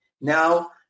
Now